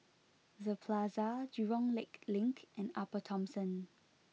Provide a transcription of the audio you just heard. the Plaza Jurong Lake Link and Upper Thomson